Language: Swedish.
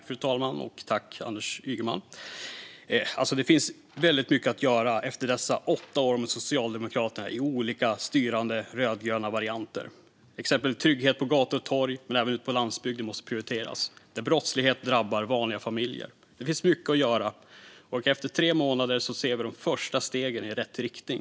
Fru talman! Det finns mycket att göra efter dessa åtta år med Socialdemokraterna i olika styrande rödgröna varianter. Exempelvis måste trygghet på gator och torg men även ute på landsbygden prioriteras. Brottslighet drabbar vanliga familjer. Det finns mycket att göra. Efter tre månader ser vi nu att de första stegen tas i rätt riktning.